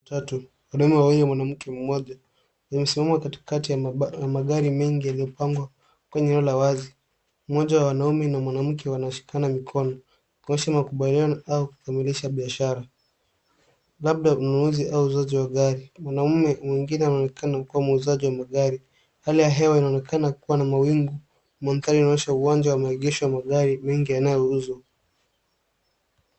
Watu watatu, wanaume wawili na mwanamke mmjoa, wamesimama katikati ya magari mengi yaliyopangwa kwenye eneo la wazi. Mmoja wa wanaume na mwanamke wanashikana mikono kuonyesha makubaliano au kukamilisha biashara, labda ununuzi au uuzaji wa gari. Mwanamume mwengine anaonekana kuwa mwuzaji wa magari. Hali ya hewa inaonekana kuwa na mawingi. Mandhari inaonesha maegesho ya magari mengi yanayouzwa.